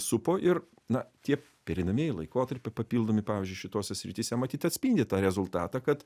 supo ir na tie pereinamieji laikotarpiai papildomi pavyzdžiui šitose srityse matyt atspindi tą rezultatą kad